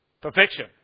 Perfection